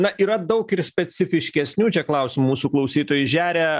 na yra daug ir specifiškesnių čia klausimų mūsų klausytojai žeria